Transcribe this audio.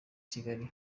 kigali